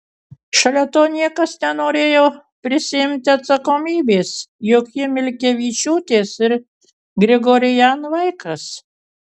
šalia to niekas nenorėjo prisiimti atsakomybės juk ji milkevičiūtės ir grigorian vaikas